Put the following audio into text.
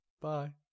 Bye